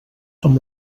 amb